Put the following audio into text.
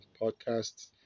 podcasts